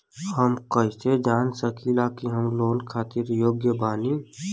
हम कईसे जान सकिला कि हम लोन खातिर योग्य बानी?